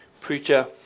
preacher